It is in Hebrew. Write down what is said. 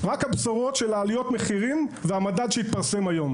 רק הבשורות של עליות המחירים והמדד שהתפרסם היום.